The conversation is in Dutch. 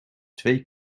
twee